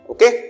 Okay